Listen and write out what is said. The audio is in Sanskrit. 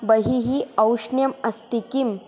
बहिः औष्ण्यम् अस्ति किम्